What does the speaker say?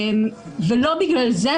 ולא בגלל זה,